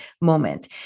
moment